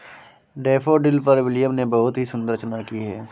daffodil पर William ने बहुत ही सुंदर रचना की है